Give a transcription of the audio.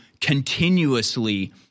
continuously